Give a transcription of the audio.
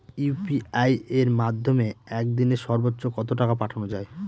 UPI এর মাধ্যমে এক দিনে সর্বচ্চ কত টাকা পাঠানো যায়?